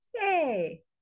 Yay